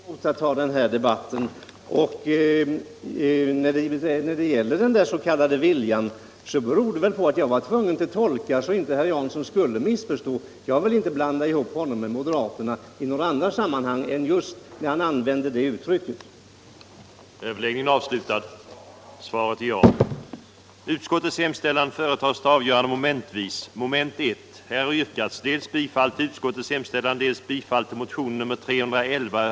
Herr talman! Jag har ingenting emot att ta den här debatten. Vad herr Jansson sade om viljan var jag tvungen att reda ut för att det inte skulle uppstå några missförstånd. Jag vill inte jämföra herr Jansson med moderaterna i andra sammanhang än just när det gäller det uttrycket. den det ej vill röstar nej.